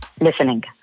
Listening